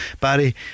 Barry